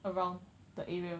around the area